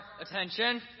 attention